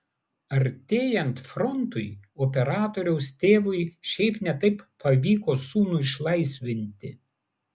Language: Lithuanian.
artėjant frontui operatoriaus tėvui šiaip ne taip pavyko sūnų išlaisvinti